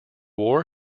war